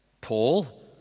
Paul